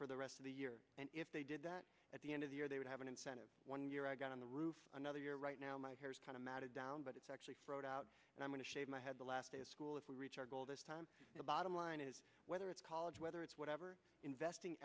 for the rest of the year and if they did that at the end of the year they would have an incentive one year i got on the roof another year right now my hair is kind of matted down but it's actually brought out and i'm going to shave my head the last day of school if we reach our goal this time the bottom line is whether it's college whether it's whatever investing